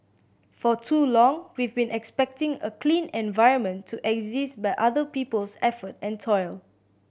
for too long we've been expecting a clean environment to exist by other people's effort and toil